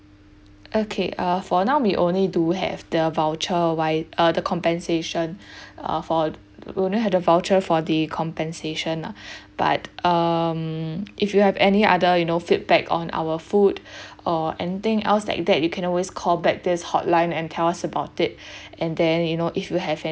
okay uh for now we only do have the voucher why uh the compensation uh for we only had the voucher for the compensation lah but um if you have any other you know feedback on our food or anything else like that you can always call back this hotline and tell us about it and then you know if you have any